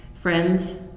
Friends